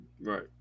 Right